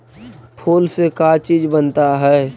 फूल से का चीज बनता है?